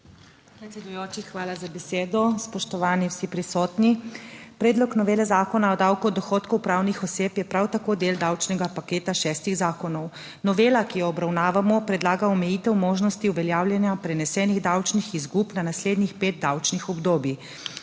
hvala za besedo. Spoštovani vsi prisotni! Predlog novele Zakona o davku od dohodkov pravnih oseb je prav tako del davčnega paketa šestih zakonov. Novela, ki jo obravnavamo, predlaga omejitev možnosti uveljavljanja prenesenih davčnih izgub na naslednjih pet davčnih obdobij.